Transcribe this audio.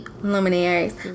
luminaries